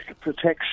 protection